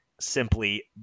simply